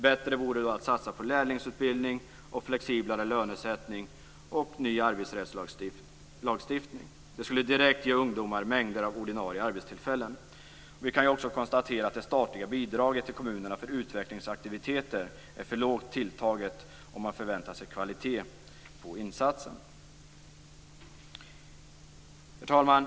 Det vore bättre att satsa på lärlingsutbildning, flexiblare lönesättning och ny arbetsrättslagstiftning. Det skulle direkt ge ungdomar mängder av ordinarie arbetstillfällen. Vi kan också konstatera att det statliga bidraget till kommunerna för utvecklingsaktiviteter är för lågt tilltaget om man förväntar sig kvalitet på insatsen. Herr talman!